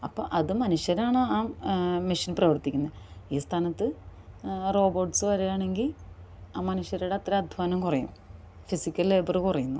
അപ്പം അത് മനുഷ്യരാണ് ആ മെഷീൻ പ്രവർത്തിക്കുന്നത് ഈ സ്ഥാനത്ത് റോബോട്സ്സ് വരികയാണെങ്കിൽ മനുഷ്യരുടെ അത്രെ അധ്വാനം കുറയും ഫിസിയ്ക്കൽ ലേബറ് കുറയുന്നു